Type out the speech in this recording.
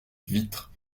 vitres